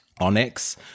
onyx